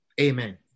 Amen